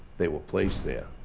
they were placed there.